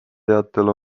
teatel